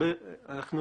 אנחנו